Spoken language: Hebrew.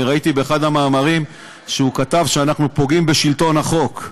אני ראיתי באחד המאמרים שהוא כתב שאנחנו פוגעים בשלטון החוק,